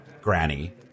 Granny